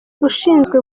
ushinzwe